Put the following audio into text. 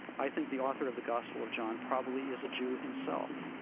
i think the author of the gospel of john probably is a jew himself.